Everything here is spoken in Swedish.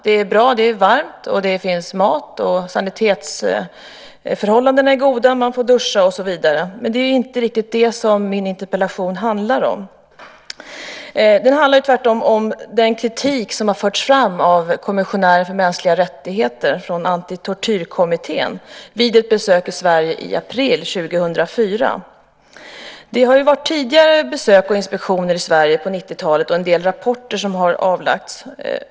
Det är varmt, det finns mat, sanitetsförhållandena är goda, man får duscha och så vidare. Men det är inte riktigt det som min interpellation handlar om. Den handlar tvärtom om den kritik som har förts fram av kommissionären för mänskliga rättigheter från Antitortyrkommittén vid ett besök i Sverige i april 2004. Det har tidigare gjorts besök och inspektioner i Sverige, på 90-talet, och en del rapporter har avlämnats.